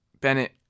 Bennett